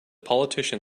politician